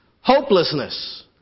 Hopelessness